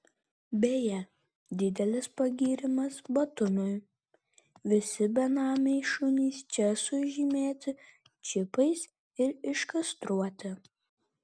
beje didelis pagyrimas batumiui visi benamiai šunys čia sužymėti čipais ir iškastruoti